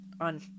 on